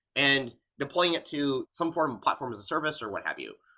and deploying it to some form of platform as a service or what have you.